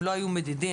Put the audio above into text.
שהם לא היו מדידים.